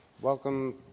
Welcome